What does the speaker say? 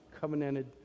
covenanted